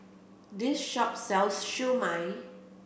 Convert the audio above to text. this shop sells Siew Mai